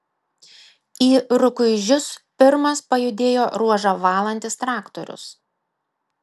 į rukuižius pirmas pajudėjo ruožą valantis traktorius